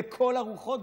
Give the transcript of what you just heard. לכל הרוחות,